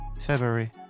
february